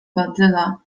badyla